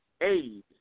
aid